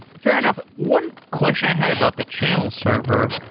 fair enough. one question i had about the channel server.